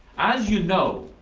as you know,